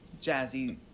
jazzy